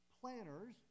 planners